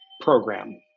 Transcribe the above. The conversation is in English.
program